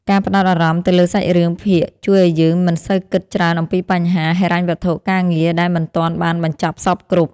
ការផ្ដោតអារម្មណ៍ទៅលើសាច់រឿងភាគជួយឱ្យយើងមិនសូវគិតច្រើនអំពីបញ្ហាហិរញ្ញវត្ថុឬការងារដែលមិនទាន់បានបញ្ចប់សព្វគ្រប់។